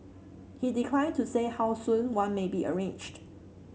he declined to say how soon one may be arranged